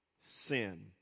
sin